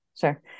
Sure